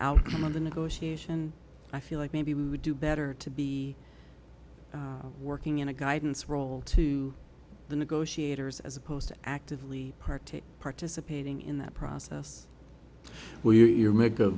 outcome of the negotiation i feel like maybe we would do better to be working in a guidance role to the negotiators as opposed to actively partake participating in that process where you're make a